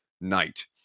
night